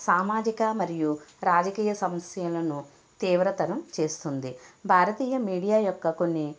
సామాజిక మరియు రాజకీయ సమస్యలను తీవ్రతను చేస్తుంది భారతీయ మీడియా యొక్క కొన్ని